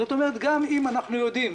זאת אומרת, גם אם אנחנו יודעים